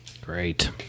Great